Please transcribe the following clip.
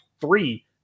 Three